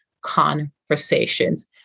conversations